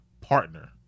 partner